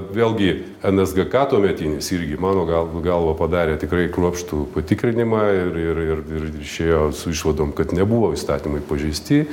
vėlgi nsgk tuometinis irgi mano gal galva padarė tikrai kruopštų patikrinimą ir ir ir ir išėjo su išvadom kad nebuvo įstatymai pažeisti